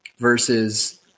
versus